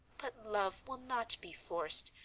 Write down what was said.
but love will not be forced,